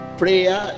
prayer